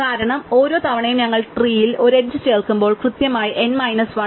കാരണം ഓരോ തവണയും ഞങ്ങൾ ട്രീയിൽ ഒരു എഡ്ജ് ചേർക്കുമ്പോൾ കൃത്യമായി n മൈനസ് 1